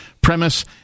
premise